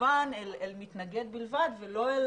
מכוון אל מתנגד בלבד ולא אל